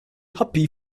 happy